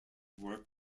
work